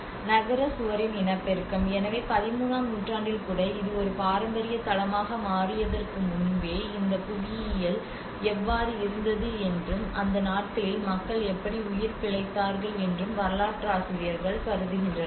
நகர சுவரின் இனப்பெருக்கம் எனவே 13 ஆம் நூற்றாண்டில் கூட இது ஒரு பாரம்பரிய தளமாக மாறியதற்கு முன்பே இந்த புவியியல் எவ்வாறு இருந்தது என்றும் அந்த நாட்களில் மக்கள் எப்படி உயிர் பிழைத்தார்கள் என்றும் வரலாற்றாசிரியர்கள் கருதுகின்றனர்